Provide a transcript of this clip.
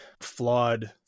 flawed